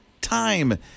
time